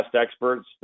experts